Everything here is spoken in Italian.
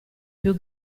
più